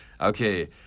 Okay